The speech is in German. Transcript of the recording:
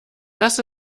dass